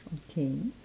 okay